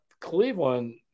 cleveland